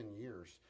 years